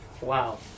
wow